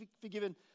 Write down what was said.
forgiven